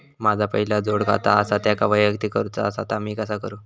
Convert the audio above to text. माझा पहिला जोडखाता आसा त्याका वैयक्तिक करूचा असा ता मी कसा करू?